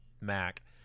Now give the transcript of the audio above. mac